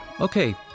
Okay